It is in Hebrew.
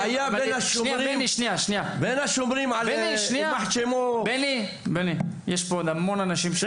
אבל יש כאן עוד המון אנשים שרוצים להתייחס.